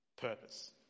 purpose